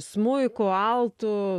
smuiku altu